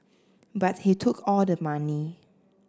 but he took all the money